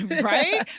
right